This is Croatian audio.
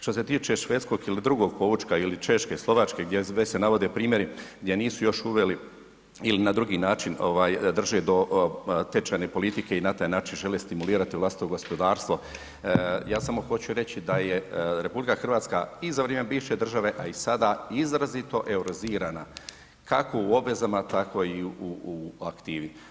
Što se tiče švedskog ili drugog poučka, ili Češke, Slovačke gdje već se navode primjeri gdje nisu još uveli ili na drugi način drže do tečajne politike i na taj način žele stimulirati vlastito gospodarstvo, ja samo hoću reći da je RH i za vrijeme bivše države a i sada izrazito eurozirina kako u obvezama tako i u aktivi.